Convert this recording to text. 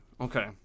Okay